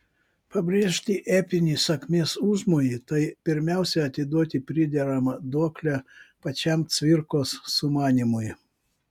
pabrėžti epinį sakmės užmojį tai pirmiausia atiduoti prideramą duoklę pačiam cvirkos sumanymui